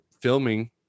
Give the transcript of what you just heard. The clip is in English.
filming